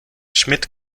schmidt